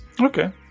okay